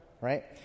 Right